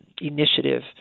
initiative